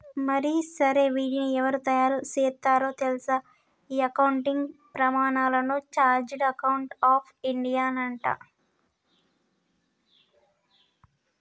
మరి సరే వీటిని ఎవరు తయారు సేత్తారో తెల్సా ఈ అకౌంటింగ్ ప్రమానాలను చార్టెడ్ అకౌంట్స్ ఆఫ్ ఇండియానట